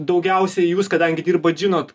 daugiausiai jūs kadangi dirbot žinot